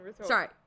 Sorry